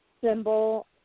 symbol